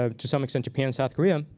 ah to some extent japan and south korea,